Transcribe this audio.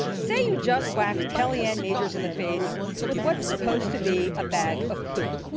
say you just whacked kelly ann majors in the face with what's supposed to be a bag of poop.